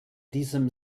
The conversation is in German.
diesem